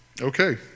Okay